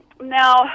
Now